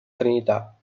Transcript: trinità